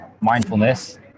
mindfulness